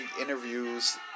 interviews